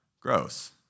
gross